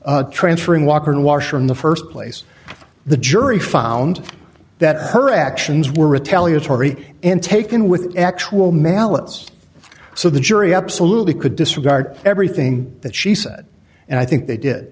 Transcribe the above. transferring walker and washer in the st place the jury found that her actions were retaliatory and taken with actual malice so the jury absolutely could disregard everything that she said and i think they did